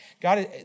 God